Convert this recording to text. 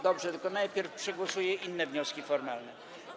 Dobrze, tylko najpierw przegłosujemy inne wnioski formalne.